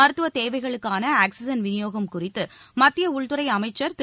மருத்துவ தேவைகளுக்கான ஆக்ஸிஜன் விநியோகம் குறித்து மத்திய உள்துறை அமைச்சர் திரு